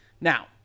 Now